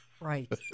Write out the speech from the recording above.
Right